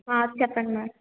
చెప్పండి మేడం